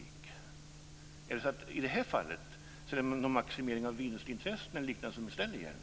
Är det så att i detta fall är det en maximering av vinstintresset eller liknande som det i stället gäller?